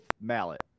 Mallet